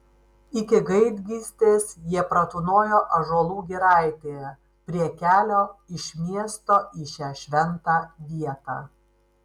iki gaidgystės jie pratūnojo ąžuolų giraitėje prie kelio iš miesto į šią šventą vietą